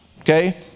Okay